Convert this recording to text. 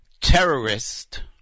terrorist